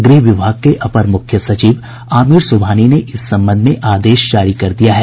गृह विभाग के अपर मुख्य सचिव आमिर सुबहानी ने इस संबंध में आदेश जारी कर दिया है